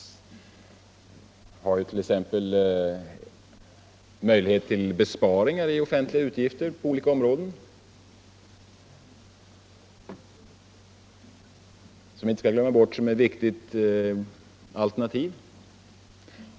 Vi har t.ex. möjlighet till besparingar i offentliga utgifter på olika områden, vilket är ett viktigt alternativ som vi inte skall glömma bort.